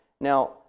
Now